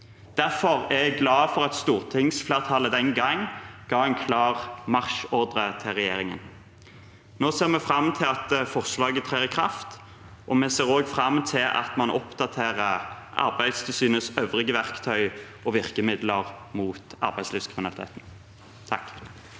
Derfor er jeg glad for at stortingsflertallet den gang ga en klar marsjordre til regjeringen. Nå ser vi fram til at forslaget trer i kraft, og vi ser også fram til at man oppdaterer Arbeidstilsynets øvrige verktøy og virkemidler mot arbeidslivskriminaliteten.